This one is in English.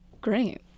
Great